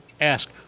ask